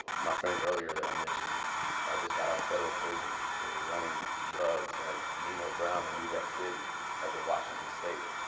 my friend earlier that i mentioned just got out of federal prison for running drugs, like nino brown in new jack city up in washington state.